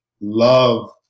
love